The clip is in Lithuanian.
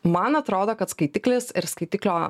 man atrodo kad skaitiklis ir skaitiklio